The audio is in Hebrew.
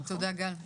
תודה גל.